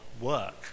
work